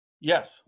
Yes